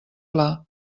pla